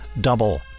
Double